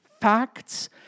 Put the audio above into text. Facts